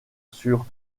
sur